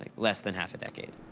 like less than half a decade.